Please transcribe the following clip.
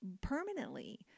permanently